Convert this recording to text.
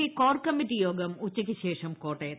P core committee യോഗം ഉച്ചയ്ക്കുശേഷം ക്ട്രോട്ടിയത്ത്